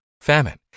famine